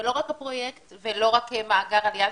ולא רק כמאגר עלייה.